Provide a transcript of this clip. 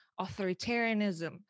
authoritarianism